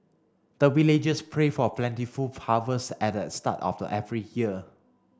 the villagers pray for plentiful harvest at the start of the every year